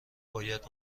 باید